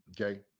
okay